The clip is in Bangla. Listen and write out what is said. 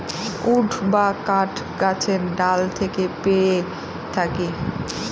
উড বা কাঠ গাছের ডাল থেকে পেয়ে থাকি